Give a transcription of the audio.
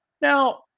now